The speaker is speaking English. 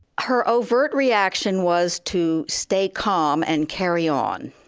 her overt reaction was to stay calm and carry on.